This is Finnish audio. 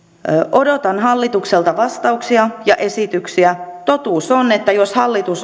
odotan hallitukselta vastauksia ja esityksiä totuus on että jos hallitus